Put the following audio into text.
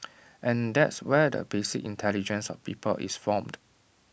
and that's where the basic intelligence of people is formed